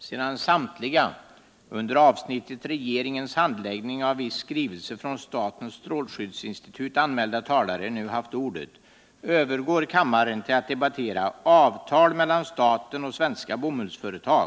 " Sedan samtliga under avsnittet Regeringens handläggning av viss skrivelse från statens strålskyddsinstitut anmälda talare nu haft ordet övergår kammaren till att debattera Avtal mellan staten och svenska bomullsföretag.